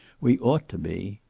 we ought to be.